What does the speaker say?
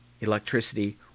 electricity